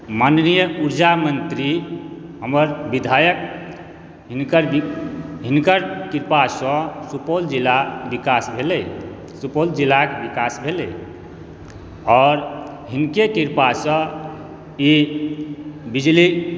माननीय ऊर्जा मन्त्री हमर विधायक हिनकर हिनकर कृपासँ सुपौल जिला विकास भेलै सुपौल जिलाक विकास भेलै और हिनके कृपासऽ ई बिजली